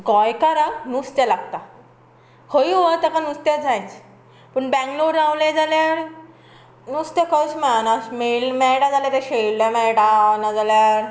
गोंयकारांक नुस्तें लागता खंयूय वच ताका नुस्तें जायच पूण बेंगलोर रावलें जाल्यार नुस्तें खंयच मेळना मेळटा जाल्यार तें शेळिल्ले मेळटा नाजाल्यार